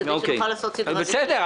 כדי שנוכל לעשות סדרי עדיפויות.